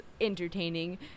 entertaining